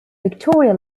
victoria